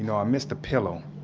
and um miss the pillow.